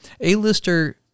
A-lister